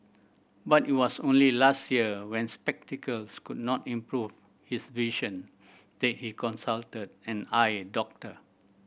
but it was only last year when spectacles could not improve his vision they he consulted an eye doctor